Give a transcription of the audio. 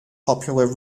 popular